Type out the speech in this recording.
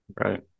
Right